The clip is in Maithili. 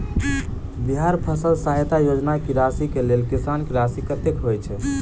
बिहार फसल सहायता योजना की राशि केँ लेल किसान की राशि कतेक होए छै?